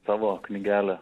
savo knygelę